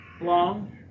long